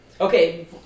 Okay